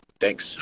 Thanks